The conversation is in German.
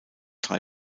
drei